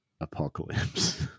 apocalypse